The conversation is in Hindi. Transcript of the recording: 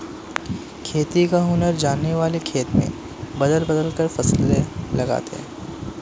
खेती का हुनर जानने वाले खेत में बदल बदल कर फसल लगाते हैं